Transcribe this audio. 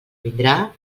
vindrà